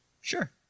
Sure